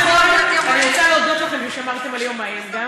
אני רוצה להודות לכם ששמרתם על יום האם.